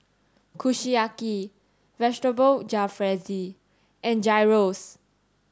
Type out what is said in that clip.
Kushiyaki Vegetable Jalfrezi and Gyros